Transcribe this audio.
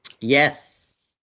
Yes